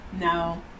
No